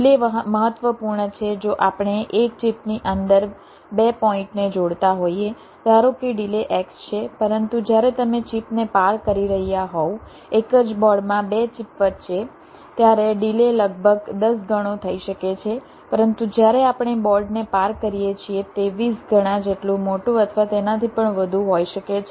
delay મહત્વપૂર્ણ છે જો આપણે એક ચિપની અંદર 2 પોઈન્ટ ને જોડતા હોઈએ ધારો કે ડિલે X છે પરંતુ જ્યારે તમે ચિપને પાર કરી રહ્યા હોવ એક જ બોર્ડમાં 2 ચિપ વચ્ચે ત્યારે ડિલે લગભગ 10 ગણો થઈ શકે છે પરંતુ જ્યારે આપણે બોર્ડને પાર કરીએ છીએ તે 20 ગણા જેટલું મોટું અથવા તેનાથી પણ વધુ હોઈ શકે છે